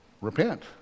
repent